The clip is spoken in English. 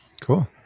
Cool